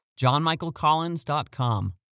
johnmichaelcollins.com